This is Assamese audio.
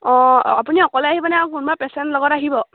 অঁ আপুনি অকলে আহিবানে আৰু কোনোবা পেচেণ্ট লগত আহিব